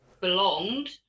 belonged